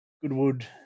Goodwood